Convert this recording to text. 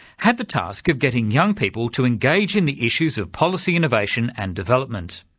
had the task of getting young people to engage in the issues of policy innovation and development.